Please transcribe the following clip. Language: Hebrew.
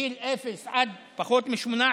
מגיל אפס עד פחות מ-18,